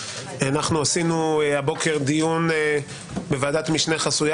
שעשינו הבוקר דיון בוועדת משנה חסויה